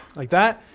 like that,